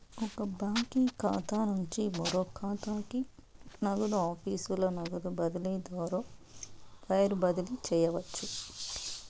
ఒక బాంకీ ఖాతా నుంచి మరో కాతాకి, నగదు ఆఫీసుల నగదు బదిలీ ద్వారా వైర్ బదిలీ చేయవచ్చు